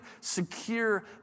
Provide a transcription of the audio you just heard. secure